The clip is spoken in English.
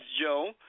Joe